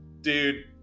Dude